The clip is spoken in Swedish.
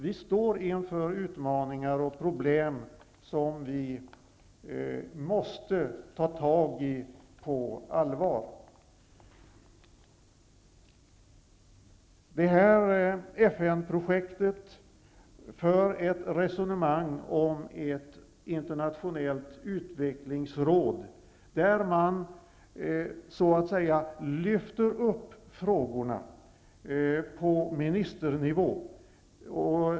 Vi står nämligen inför utmaningar och problem som det är nödvändigt att på allvar ta itu med. Inom det här FN-projektet förs det ett resonemang om ett internationellt utvecklingsråd, där man så att säga lyfter upp frågorna till ministernivå.